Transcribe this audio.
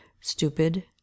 stupid